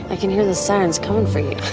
i can hear the sirens coming for you